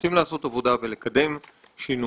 שמנסים לעשות עבודה ולקדם שינוי